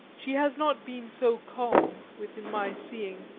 she has not been so calm, within my seeing,